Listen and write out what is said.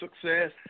success